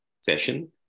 session